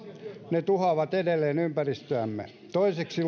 ne tuhoavat edelleen ympäristöämme toiseksi